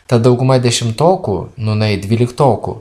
tad dauguma dešimtokų nūnai dvyliktokų